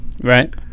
right